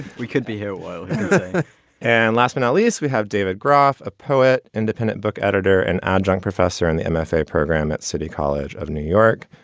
we could be here and last but not least, we have david graff, a poet, independent book editor, an adjunct professor in the mfa program at city college of new york.